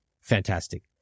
fantastic